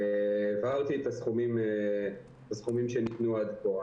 והבהרתי את הסכומים שניתנו עד כה.